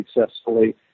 successfully